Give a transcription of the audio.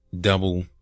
double